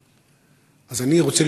אזרחים,